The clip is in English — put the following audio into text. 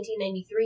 1993